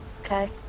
Okay